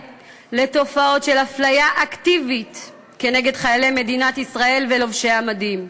לתופעות של הפליה אקטיבית נגד חיילי מדינת ישראל ולובשי המדים.